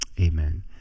Amen